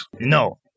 No